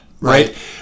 right